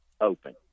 open